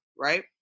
Right